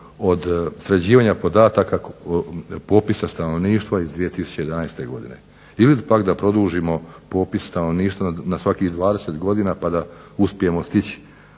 od sređivanja podataka popisa stanovništva iz 2011. godine. Ili pak da produžimo popis stanovništva na svakih 20 godina pa da uspijemo stići